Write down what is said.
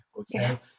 okay